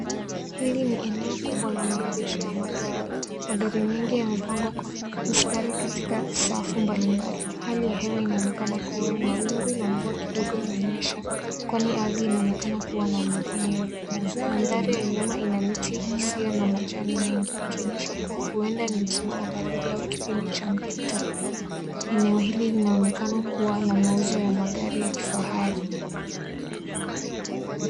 Hili ni eneo kubwa la maegesho ya magari. Magari mengi yamepangwa kwa mstari katika saafu mbali mbali. Hali ya anga inaonekana kuwa na mawingu na mvua kidogo imenyesha kwani ardhi inaonekana kuwa na unyevu unyevu. Mandhari ya nyuma ina miti isiyo na majani mengi, ikionyesha kuwa huenda ni msimu wa baridi au kipindi cha mpito. Eneo hili linaonekana kuwa la mauzo ya magari ya kifahari